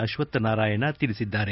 ಅಶ್ವಥ್ ನಾರಾಯಣ ತಿಳಿಸಿದ್ದಾರೆ